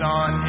on